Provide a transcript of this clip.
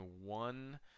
one